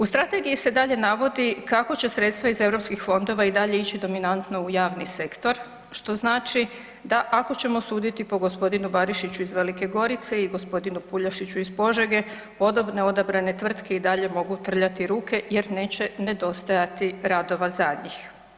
U strategiji se dalje navodi kako će sredstva iz europskih fondova i dalje ići dominantno u javni sektor, što znači da ako ćemo suditi po g. Barišiću iz Velike Gorice i g. Puljašiću iz Požege podobne odabrane tvrtke i dalje mogu trljati ruke jer neće nedostajati radova za njih.